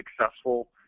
successful